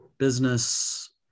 business